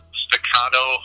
staccato